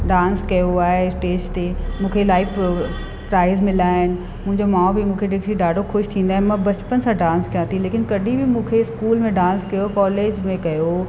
dance कयो आहे stage ते मूंखे इलाही प्रो प्राइज़ मिलिया आहिनि मुंहिंजा माउ पीउ बि मूंखे ॾिसी ॾाढो ख़ुशि थींदा आहिनि मां बचपन सां डांस कयां थी लेकिनि कॾहिं बि मूंखे स्कूल में डांस कयो कॉलेज में कयो